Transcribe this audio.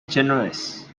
generals